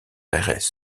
aires